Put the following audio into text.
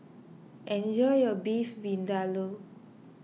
enjoy your Beef Vindaloo